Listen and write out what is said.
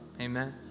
amen